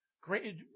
Great